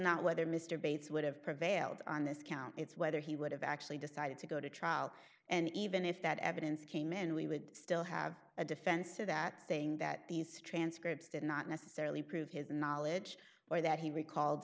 not whether mr bates would have prevailed on this count it's whether he would have actually decided to go to trial and even if that evidence came in we would still have a defense of that saying that these transcripts did not necessarily prove his knowledge or that he recalled